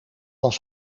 was